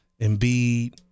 Embiid